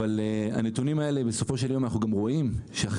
אבל הנתונים האלה בסופו של יום אנחנו רואים שאחרי